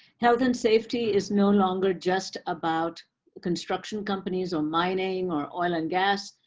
health and safety is no longer just about construction companies or mining or oil and gas.